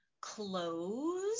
close